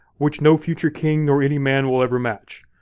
which no future king or any man will ever match.